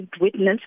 witness